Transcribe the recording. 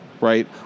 Right